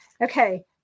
okay